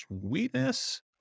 Sweetness